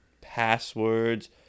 passwords